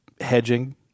hedging